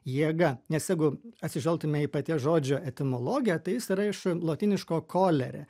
jėga nes jeigu atsižvelgtume į paties žodžio etimologiją tai jis yra iš lotyniško kolere